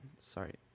sorry